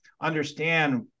understand